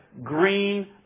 green